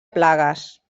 plagues